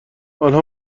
آنها